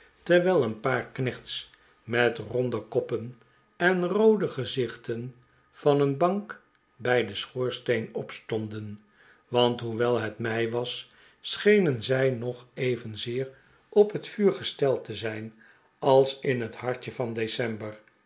terwijl een paar knechts met ronde koppen en roode gezichten van een bank bij den schoorsteen opstonden want hoewel het mei was schenen zij nog evenzeer op het vuur gesteld te zijn als in het hartje van december